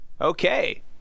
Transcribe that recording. okay